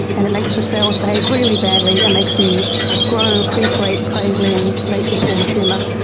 and it makes the cells behave really, really badly and makes them grow, proliferate crazily and eventually form a tumour.